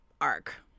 arc